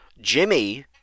Jimmy